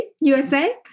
USA